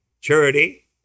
Charity